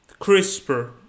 CRISPR